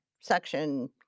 section